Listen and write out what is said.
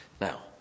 Now